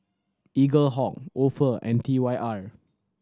Eaglehawk Ofo and T Y R